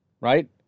right